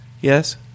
Yes